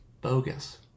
bogus